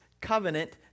covenant